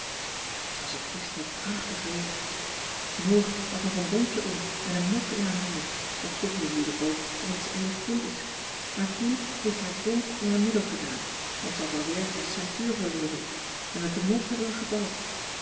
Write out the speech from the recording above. wat was het gisteren prachtig weer noor had nog een bontje om en een mof in haar handen dat komt natuurlijk ook omdat ze eenig kind is maar pien heeft haar bont om haar middel gedaan want ze had alweer haar ceintuur verloren en met de mof hebben we gebald